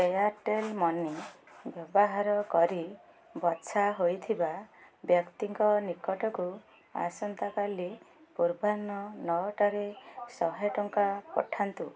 Airtel money ବ୍ୟବହାର କରି ବଛା ହୋଇଥିବା ବ୍ୟକ୍ତିଙ୍କ ନିକଟକୁ ଆସନ୍ତାକାଲି ପୂର୍ବାହ୍ନ ନଅ ଟାରେ ଶହେ ଟଙ୍କା ପଠାନ୍ତୁ